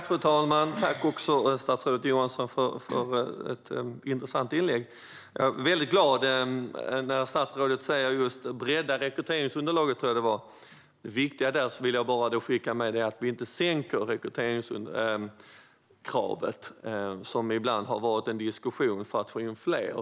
Fru talman! Jag tackar statsrådet Johansson för ett intressant inlägg. Det gläder mig när statsrådet talar om att bredda rekryteringsunderlaget. Låt mig bara skicka med att det är viktigt att vi inte sänker kraven, vilket ibland har diskuterats för att få in fler.